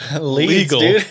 legal